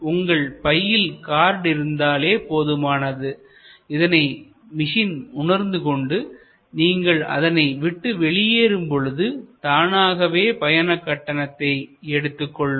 உங்கள் பையில் கார்டு இருந்தாலே போதுமானதுஇதனை மிஷின் உணர்ந்துகொண்டு நீங்கள் அதனை விட்டு வெளியேறும் பொழுது தானாகவே பயணகட்டணத்தை எடுத்துக்கொள்ளும்